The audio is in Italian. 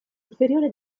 inferiore